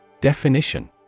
Definition